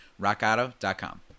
RockAuto.com